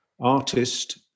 artist